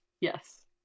yes